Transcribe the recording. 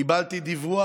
קיבלתי דיווח.